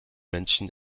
menschen